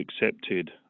accepted